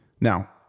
Now